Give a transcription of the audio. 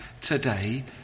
today